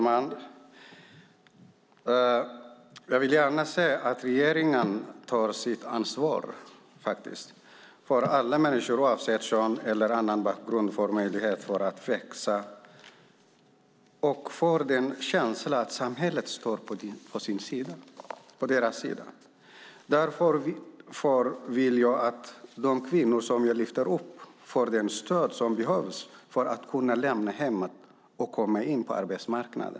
Herr talman! Jag vill gärna säga att regeringen tar sitt ansvar för att alla människor, oavsett kön eller bakgrund, får möjlighet att växa och känna att samhället står på deras sida. Därför vill jag att de kvinnor som jag tar upp får det stöd som behövs för att kunna lämna hemmet och komma in på arbetsmarknaden.